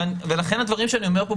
ולכן הדברים שאני אומר פה,